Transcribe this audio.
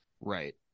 Right